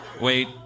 Wait